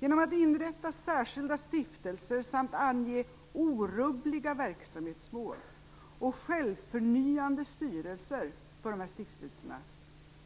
Genom att inrätta särskilda stiftelser samt ange orubbliga verksamhetsmål och självförnyande styrelser för stiftelserna